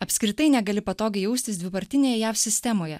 apskritai negali patogiai jaustis dvipartinėje jav sistemoje